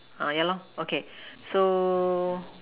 uh yeah lor okay so